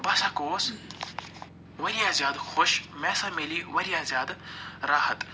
بہٕ ہسا گوس واریاہ زیادٕ خۄش مےٚ ہسا مِلے واریاہ زیادٕ راحت